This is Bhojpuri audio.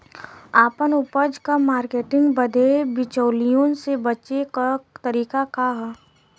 आपन उपज क मार्केटिंग बदे बिचौलियों से बचे क तरीका का ह?